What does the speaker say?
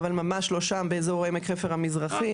אבל ממש לא שם באזור עמק חפר המערבי.